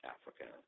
Africa